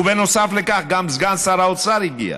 ובנוסף לכך, גם סגן שר האוצר הגיע.